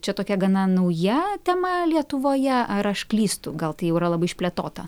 čia tokia gana nauja tema lietuvoje ar aš klystu gal tai jau yra labai išplėtota